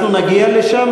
אם כך,